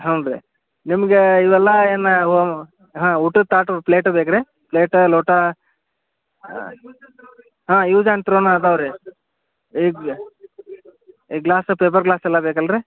ಹ್ಞೂ ರೀ ನಿಮಗೆ ಇವೆಲ್ಲ ಏನು ಹಾಂ ಊಟದ ತಾಟು ಪ್ಲೇಟು ಬೇಕು ರೀ ಪ್ಲೇಟ ಲೋಟ ಹಾಂ ಯೂಸ್ ಆ್ಯಂಡ್ ತ್ರೋನಾ ಅದಾವೆ ರೀ ಈಗ ಗ್ಲಾಸ ಪೇಪರ್ ಗ್ಲಾಸೆಲ್ಲ ಬೇಕಲ್ಲ ರೀ